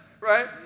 right